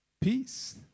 peace